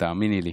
תאמיני לי.